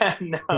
No